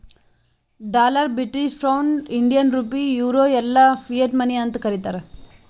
dollar, British pound, Indian rupee, euro ಎಲ್ಲಾ fiat money ಅಂತ್ ಕರೀತಾರ